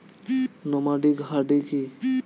Nomadic হার্ডি কি?